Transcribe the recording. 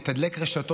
מתדלק רשתות,